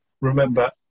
Remember